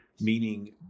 Meaning